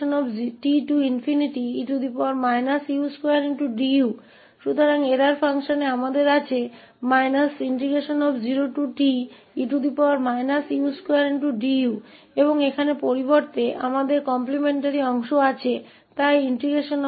तो 2√𝜋te u2du तो त्रुटि फ़ंक्शन में हमारे पास 0te u2du है और इसके बजाय हमारे पास मानार्थ भाग है इसलिए te u2du